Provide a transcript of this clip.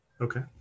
Okay